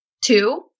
Two